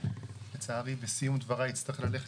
לצערי בסיום דבריי אני אצטרך ללכת,